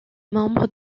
membre